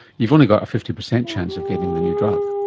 you've only got a fifty percent chance of getting the new drug.